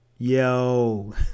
Yo